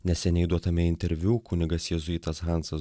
neseniai duotame interviu kunigas jėzuitas hansas